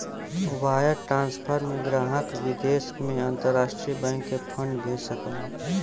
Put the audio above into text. wire transfer में ग्राहक विदेश में अंतरराष्ट्रीय बैंक के फंड भेज सकलन